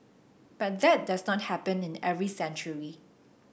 but that does not happen in every century